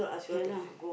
yeah lah